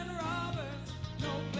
robert no